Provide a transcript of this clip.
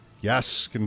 Yes